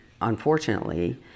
unfortunately